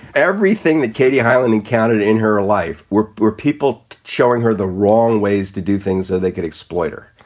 everything that katie hyland encountered in her life were were people showing her the wrong ways to do things that they could exploiter.